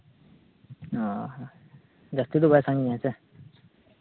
ᱚᱻ ᱡᱟᱹᱥᱛᱤ ᱫᱚ ᱵᱟᱭ ᱥᱟᱺᱜᱤᱧᱟ ᱦᱮᱸ ᱥᱮ